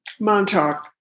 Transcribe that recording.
Montauk